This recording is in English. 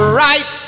right